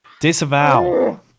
Disavow